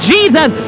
Jesus